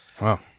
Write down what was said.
Wow